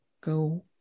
go